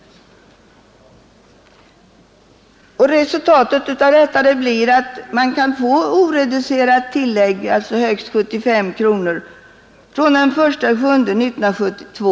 Resultatet av detta blir att man kan få oreducerat tillägg, alltså högst 75 kronor, från den 1 juli 1972.